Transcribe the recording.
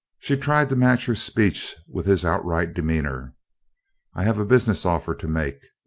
she tried to match her speech with his outright demeanor i have a business offer to make.